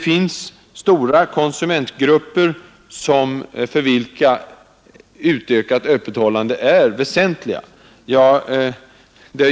För stora konsumentgrupper är ett utökat öppethållande väsentligt.